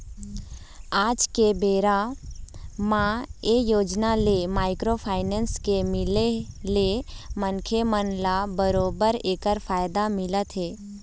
आज के बेरा म ये योजना ले माइक्रो फाइनेंस के मिले ले मनखे मन ल बरोबर ऐखर फायदा मिलत हे